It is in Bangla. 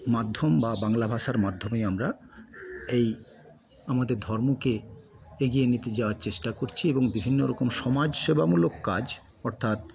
মাধ্যম বা বাংলা ভাষার মাধ্যমে আমরা এই আমাদের ধর্মকে এগিয়ে নিতে যাওয়ার চেষ্টা করছি এবং বিভিন্ন রকম সমাজসেবামূলক কাজ অর্থাৎ